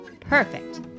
Perfect